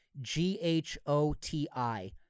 g-h-o-t-i